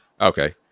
Okay